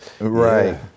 right